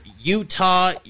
Utah